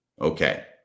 Okay